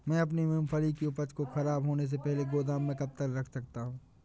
मैं अपनी मूँगफली की उपज को ख़राब होने से पहले गोदाम में कब तक रख सकता हूँ?